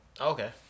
Okay